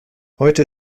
heute